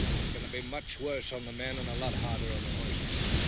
that's gonna be much worse on the men. and a lot harder on the horses,